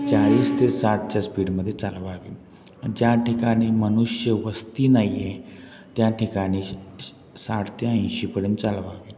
चाळीस ते साठच्या स्पीडमध्ये चालवावी ज्या ठिकाणी मनुष्य वस्ती नाहीये त्या ठिकाणी श साठ त्या ऐंशीपर्यंत चालवावी